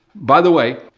by the way,